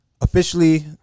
Officially